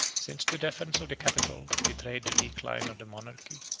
since the defence of the capital betrayed the decline of the monarchy.